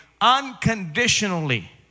unconditionally